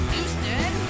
Houston